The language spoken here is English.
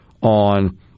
on